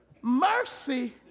Mercy